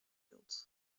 wild